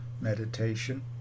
meditation